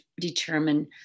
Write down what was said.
determine